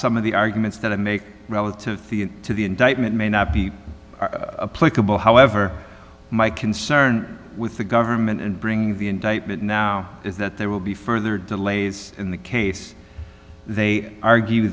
some of the arguments that i make relative to the indictment may not be plausible however my concern with the government and bring the indictment now is that there will be further delays in the case they argue